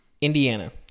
Indiana